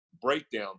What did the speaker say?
breakdown